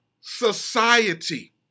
society